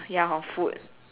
!wah! ya hor food